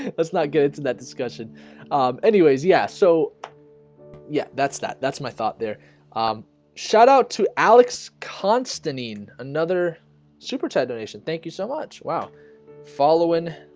that's not good in that discussion anyways, yeah, so yeah, that's that. that's my thought there shout-out to alex constantine another super-tight donation, thank you so much wow following